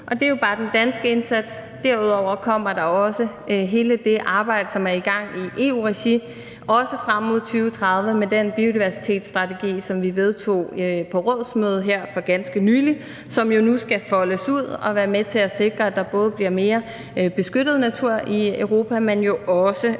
og det er jo bare den danske indsats. Derudover kommer der hele det arbejde, som er i gang i EU-regi, også frem mod 2030, med den biodiversitetsstrategi, som vi vedtog på rådsmødet her for ganske nylig, og som jo nu skal foldes ud og være med til at sikre, at der både bliver mere beskyttet natur i Europa, men jo også